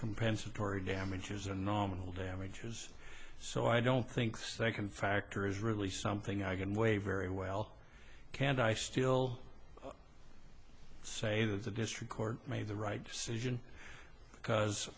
compensatory damages or nominal damages so i don't think second factor is really something i can weigh very well can i still say that the district court made the right decision because